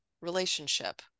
relationship